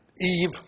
Eve